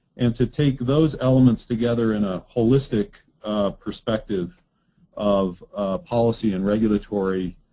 and to take those elements together in a holistic perspective of policy and regulatory